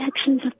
actions